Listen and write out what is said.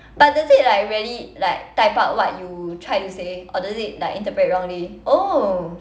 but does it like really like type out what you trying to say or does it like interpret wrongly oh